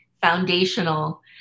foundational